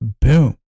Boom